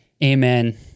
Amen